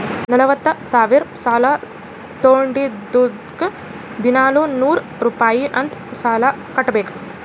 ನಲ್ವತ ಸಾವಿರ್ ಸಾಲಾ ತೊಂಡಿದ್ದುಕ್ ದಿನಾಲೂ ನೂರ್ ರುಪಾಯಿ ಅಂತ್ ಸಾಲಾ ಕಟ್ಬೇಕ್